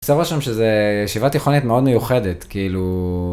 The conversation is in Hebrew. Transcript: עושה רושם שזה ישיבה תיכונית מאוד מיוחדת כאילו...